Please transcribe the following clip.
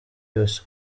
yose